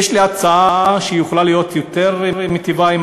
יש לי הצעה שיכולה להיות מיטיבה עם